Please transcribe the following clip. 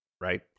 right